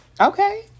Okay